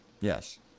Yes